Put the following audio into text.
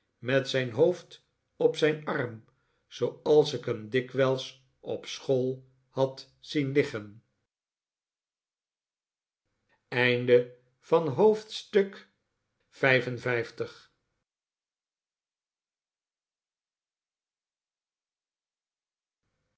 met zijn hoofd op zijn arm zooals ik hem dikwijls op school had zien liggen